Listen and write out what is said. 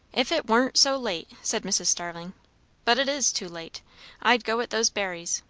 if it warn't so late, said mrs. starling but it is too late i'd go at those berries.